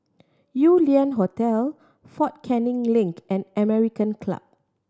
Yew Lian Hotel Fort Canning Link and American Club